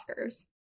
Oscars